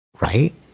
Right